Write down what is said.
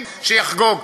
שיחגוג,